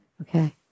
okay